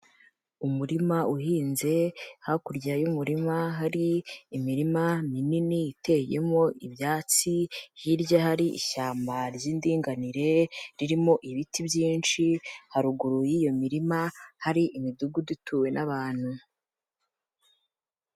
Umurima uhinze hakurya y'umurima hari imirima minini iteyemo ibyatsi, hirya hari ishyamba ry'indinganire ririmo ibiti byinshi, haruguru y'iyo mirima hari imidugudu ituwe n'abantu.